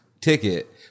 ticket